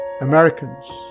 Americans